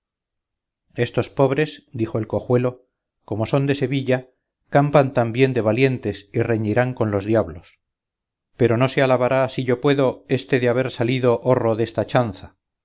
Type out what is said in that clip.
la pague estos pobres dijo cojuelo como son de sevilla campan también de valientes y reñirán con los diablos pero no se alabará si yo puedo éste de haber salido horro desta chanza